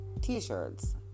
T-shirts